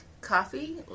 coffee